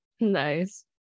Nice